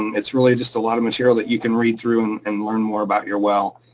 um it's really just a lot of material that you can read through and learn more about your well,